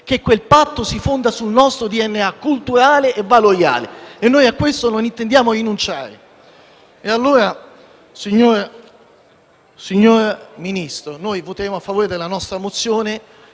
e quel patto si fonda sul nostro DNA culturale e valoriale. Noi a questo non intendiamo rinunciare.